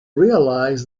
realise